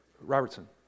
Robertson